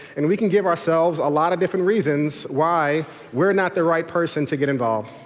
and we can give ourselves a lot of different reasons why we're not the right person to get involved.